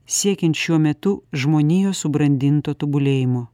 siekiant šiuo metu žmonijos subrandinto tobulėjimo